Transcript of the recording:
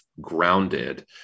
grounded